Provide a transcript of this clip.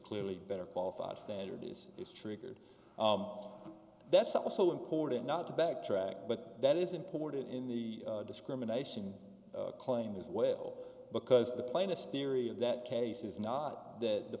clearly better qualified standard this is triggered that's also important not to backtrack but that is important in the discrimination claim as well because the plaintiff theory of that case is not that the